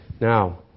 Now